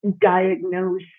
diagnose